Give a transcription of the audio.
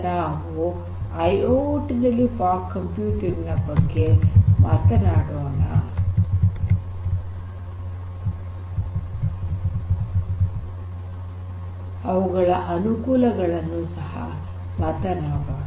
ನಾವು ಈಗ ಐಐಓಟಿ ನಲ್ಲಿ ಫಾಗ್ ಕಂಪ್ಯೂಟಿಂಗ್ ನ ಅನುಕೂಲಗಳನ್ನು ನೋಡೋಣ